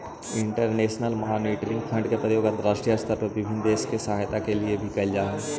international monetary fund के प्रयोग अंतरराष्ट्रीय स्तर पर विभिन्न देश के सहायता के लिए भी कैल जा हई